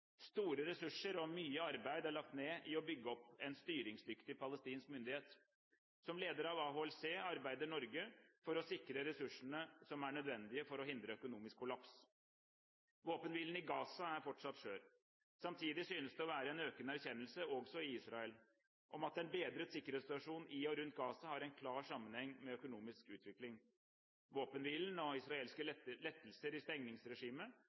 Store ressurser og mye arbeid er lagt ned i å bygge opp en styringsdyktig palestinsk myndighet. Som leder av AHLC arbeider Norge for å sikre ressursene som er nødvendige for å hindre økonomisk kollaps. Våpenhvilen i Gaza er fortsatt skjør. Samtidig synes det å være en økende erkjennelse, også i Israel, av at en bedret sikkerhetssituasjon i og rundt Gaza har en klar sammenheng med økonomisk utvikling. Våpenhvile, israelske lettelser i stengningsregimet